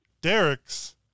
Derek's